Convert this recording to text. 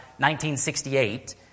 1968